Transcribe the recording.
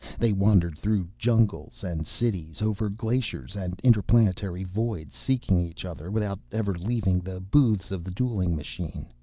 they wandered through jungles and cities, over glaciers and interplanetary voids, seeking each other without ever leaving the booths of the dueling machine.